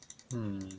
mm